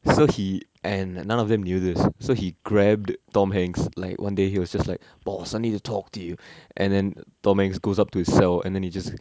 so he and none of them knew this so he grabbed tom hanks like one day he was just like boss I need to talk to you and then tom hanks goes up to his cell and then he just